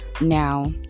Now